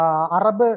Arab